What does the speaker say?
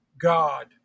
God